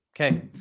Okay